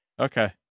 Okay